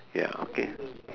ya okay